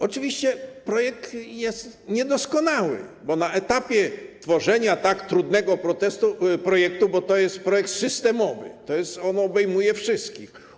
Oczywiście projekt jest niedoskonały, bo na etapie tworzenia tak trudnego projektu, bo to jest projekt systemowy, on obejmuje wszystkich.